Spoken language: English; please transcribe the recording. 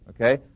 okay